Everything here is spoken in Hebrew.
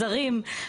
יפה,